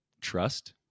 trust